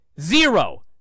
Zero